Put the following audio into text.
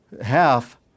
half